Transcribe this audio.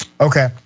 Okay